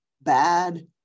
bad